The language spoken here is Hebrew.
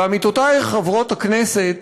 ועמיתותי חברות הכנסת,